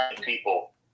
people